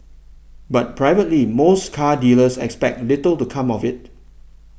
but privately most car dealers expect little to come of it